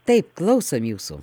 taip klausom jūsų